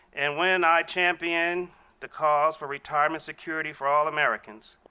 and when i champion the cause for retirement security for all americans,